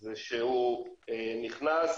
זה שהוא נכנס